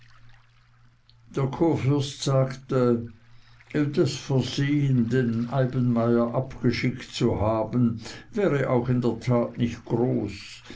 sagte das versehen den eibenmayer abgeschickt zu haben wäre auch in der tat nicht groß